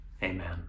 Amen